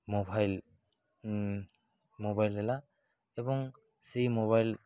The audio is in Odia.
ମୋବାଇଲ୍ ମୋବାଇଲ୍ ହେଲା ଏବଂ ସେଇ ମୋବାଇଲ୍